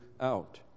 out